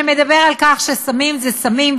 שמדבר על כך שסמים זה סמים,